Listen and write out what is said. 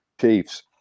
Chiefs